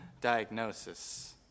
diagnosis